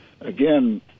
again